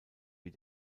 wie